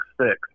six